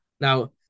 Now